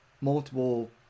multiple